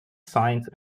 science